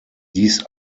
dies